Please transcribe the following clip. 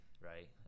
right